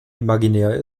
imaginär